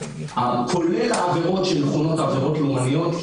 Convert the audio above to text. כולל העבירות שמכונות עבירות לאומניות,